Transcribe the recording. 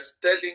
telling